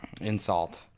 Insult